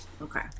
Okay